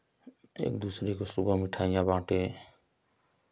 एक दूसरे को सुबह मिठाइयाँ बाटें